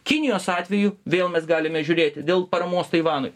kinijos atveju vėl mes galime žiūrėti dėl paramos taivanui